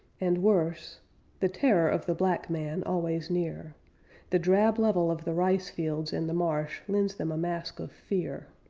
and worse the terror of the black man always near the drab level of the ricefields and the marsh lends them a mask of fear.